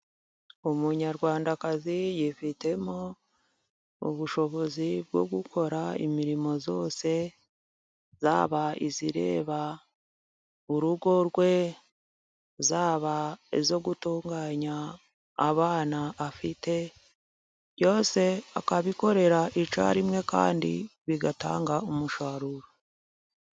Umunyarwandakazi yifitemo ubushobozi bwo gukora imirimo yose, yaba ireba urugo rwe, yaba iyo gutunganya abana afite, byose akabikorera icyarimwe kandi bigatanga umusaruro.